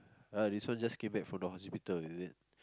uh this one just came back from the hospital is it